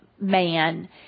man